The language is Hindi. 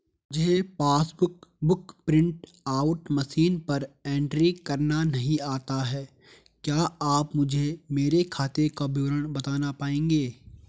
मुझे passbook book print out machine पर एंट्री करना नहीं आता है क्या आप मुझे मेरे खाते का विवरण बताना पाएंगे?